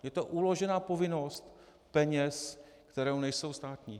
Je to uložená povinnost peněz, které nejsou státní.